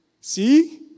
see